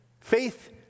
Faith